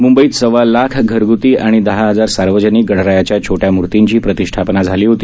मुंबईत सव्वा लाख घरग्ती आणि दहा हजार सार्वजनिक गणरायाच्या छोट्या मूर्तींची प्रतिष्ठापना झाली होती